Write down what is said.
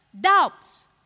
doubts